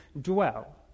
dwell